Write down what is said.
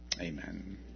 Amen